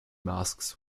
masks